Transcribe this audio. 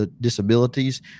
disabilities